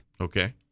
Okay